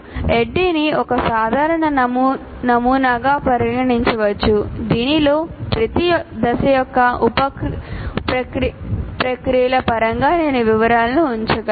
ADDIE ను ఒక సాధారణ నమూనాగా పరిగణించవచ్చు దీనిలో ప్రతి దశ యొక్క ఉప ప్రక్రియల పరంగా నేను వివరాలను ఉంచగలను